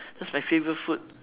that's my favorite food